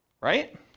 Right